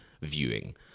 viewing